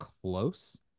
close